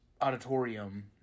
auditorium